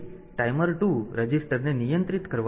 તેથી ટાઈમર 2 રજીસ્ટરને નિયંત્રિત કરવા માટે